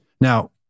Now